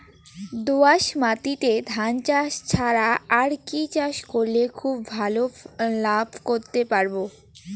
দোয়াস মাটিতে ধান ছাড়া আর কি চাষ করলে খুব ভাল লাভ করতে পারব?